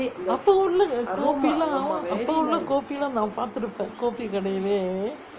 அப்போ உள்ளே:appo ullae kopi லாம் அப்போ உள்ளே:laam appo ullae kopi லாம் நா பார்த்திருக்கேன்:laam naa pathurukaen kopi கடையிலே:kadaiyilae